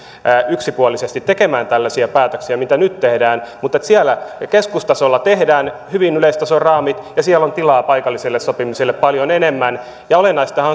yksipuolisesti tekemään tällaisia päätöksiä mitä nyt tehdään siellä keskustasolla tehdään hyvin yleistason raamit ja siellä on tilaa paikalliselle sopimiselle paljon enemmän olennaistahan